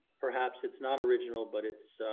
perhaps it's not original but it's